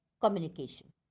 communication